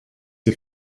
wir